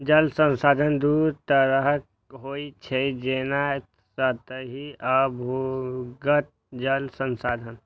जल संसाधन दू तरहक होइ छै, जेना सतही आ भूमिगत जल संसाधन